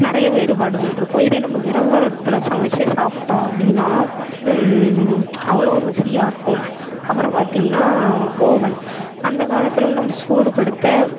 நிறைய வேறுபாடுகள் இருக்கும் இதே நம்ம விறகு அடுப்பில் சமைச்சி சாப்பிட்டோம் அப்படினா அவ்வளோ ருசியாக இருக்கும் அப்புறம் பார்த்திங்கனா ஓவன் அந்த காலத்தில் நம்ம சூடுப்படுத்த